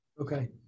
Okay